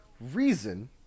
reason